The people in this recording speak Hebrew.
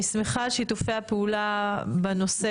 אני שמחה על שיתופי הפעולה בנושא,